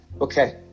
okay